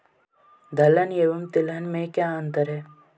दलहन एवं तिलहन में क्या अंतर है?